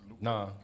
nah